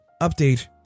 Update